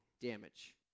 damage